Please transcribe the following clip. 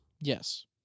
Yes